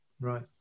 right